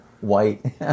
white